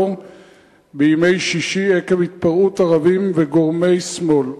בימי שישי עקב התפרעות ערבים וגורמי שמאל.